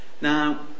Now